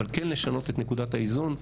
אבל כן לשנות את נקודת האיזון.